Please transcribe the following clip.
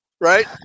right